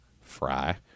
Fry